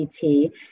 CT